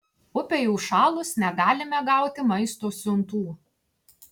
upei užšalus negalime gauti maisto siuntų